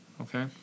Okay